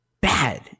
bad